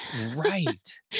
Right